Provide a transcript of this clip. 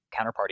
counterparty